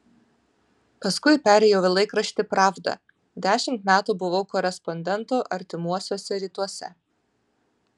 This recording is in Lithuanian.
paskui perėjau į laikraštį pravda dešimt metų buvau korespondentu artimuosiuose rytuose